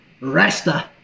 Rasta